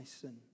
sin